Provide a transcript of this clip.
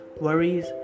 worries